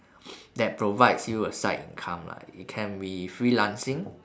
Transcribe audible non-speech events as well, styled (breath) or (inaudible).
(breath) that provides you a side income lah it can be freelancing